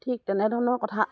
ঠিক তেনেধৰণৰ কথা